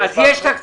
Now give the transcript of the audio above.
אז יש תקציב,